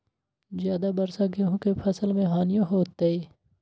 ज्यादा वर्षा गेंहू के फसल मे हानियों होतेई?